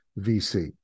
VC